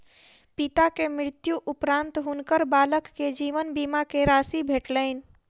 पिता के मृत्यु उपरान्त हुनकर बालक के जीवन बीमा के राशि भेटलैन